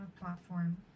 platform